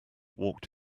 walked